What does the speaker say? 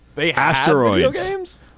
Asteroids